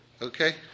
Okay